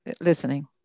listening